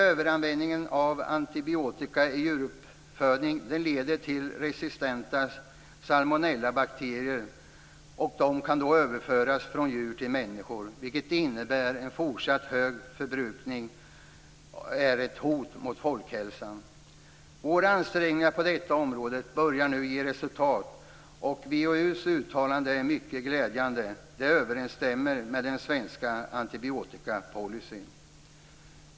Överanvändningen av antibiotika vid djuruppfödning leder till resistenta salmonellabakterier. Dessa kan överföras från djur till människor, vilket innebär att en fortsatt hög förbrukning är ett hot mot folkhälsan. Våra ansträngningar på detta område börjar nu ge resultat. WHO:s uttalande är mycket glädjande. Det överensstämmer med den svenska antibiotikapolicyn.